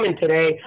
today